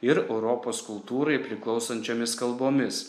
ir europos kultūrai priklausančiomis kalbomis